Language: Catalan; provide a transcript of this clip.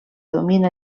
domina